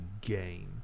game